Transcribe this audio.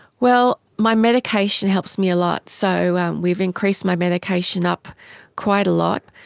well, my medication helps me a lot. so we've increased my medication up quite a lot.